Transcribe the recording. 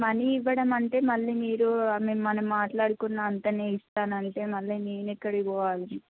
money ఇవ్వడం అంటే మళ్ళీ మీరు మే మనం మాట్లాడుకున్న అంత ఇస్తాను అంటే మళ్ళీ నేను ఎక్కడికి పోవాలి